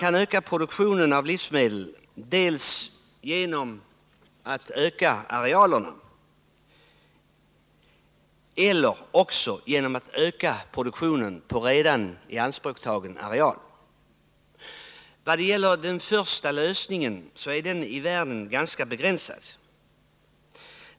Det kan ske genom att öka arealerna eller genom att öka produktionen på redan ianspråktagen areal. Möjligheterna att öka arealerna är ganska begränsade.